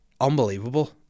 unbelievable